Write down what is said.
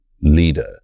leader